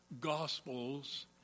gospels